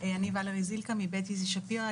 אני ולרי זילכה מבית איזי שפירא,